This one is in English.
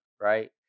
right